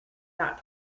not